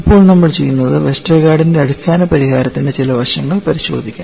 ഇപ്പോൾ നമ്മൾ ചെയ്യുന്നത് വെസ്റ്റർഗാർഡിന്റെ അടിസ്ഥാന പരിഹാരത്തിന്റെ ചില വശങ്ങൾ പരിശോധിക്കാം